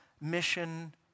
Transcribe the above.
mission